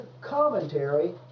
commentary